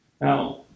Now